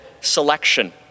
selection